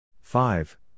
five